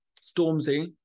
Stormzy